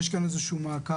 יש כאן איזה שהוא מעקב.